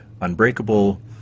Unbreakable